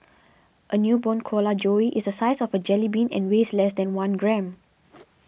a newborn koala joey is the size of a jellybean and weighs less than one gram